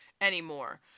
anymore